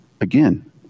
again